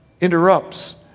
interrupts